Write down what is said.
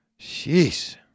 Jeez